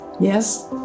yes